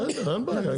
בסדר אין בעיה,